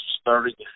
starting